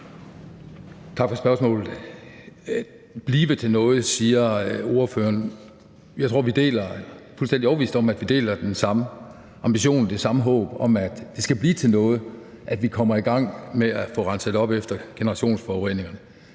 Tak for spørgsmålet. Ordføreren siger, at det skal blive til noget. Jeg er fuldstændig overbevist om, at vi har den samme ambition og det samme håb om, at det skal blive til noget, at vi kommer i gang med at få renset op efter generationsforureningerne.